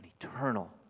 eternal